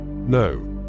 No